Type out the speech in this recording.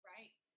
Right